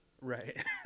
Right